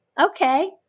okay